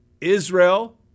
Israel